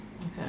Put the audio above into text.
Okay